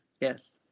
Yes